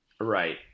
Right